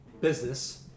business